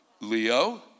Leo